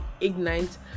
ignite